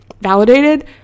validated